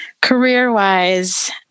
career-wise